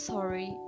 Sorry